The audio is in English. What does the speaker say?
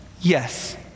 Yes